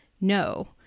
no